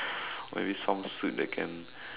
maybe some suit that can